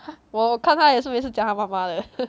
yeah 我我看他也是每次讲他妈妈的